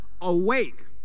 awake